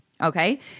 okay